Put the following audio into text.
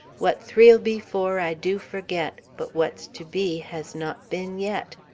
what three'll be for i do forget, but what's to be has not been yet.